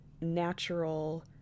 natural